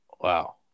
Wow